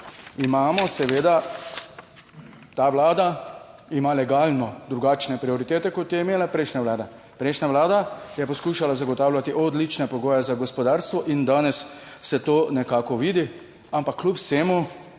imamo, seveda, ta Vlada ima legalno drugačne prioritete, kot je imela prejšnja vlada. Prejšnja vlada je poskušala zagotavljati odlične pogoje za gospodarstvo in danes se to nekako vidi, ampak kljub vsemu